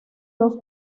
dos